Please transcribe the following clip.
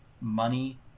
money